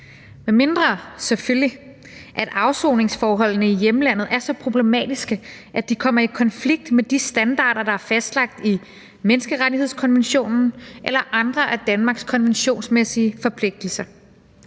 medmindre, selvfølgelig, afsoningsforholdene i hjemlandet er så problematiske, at de kommer i konflikt med de standarder, der er fastlagt i menneskerettighedskonventionen eller andre af Danmarks konventionsmæssige forpligtelser.